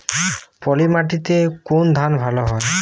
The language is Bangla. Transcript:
পলিমাটিতে কোন ধান ভালো হয়?